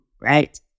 right